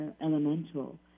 Elemental